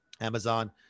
Amazon